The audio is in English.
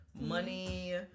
money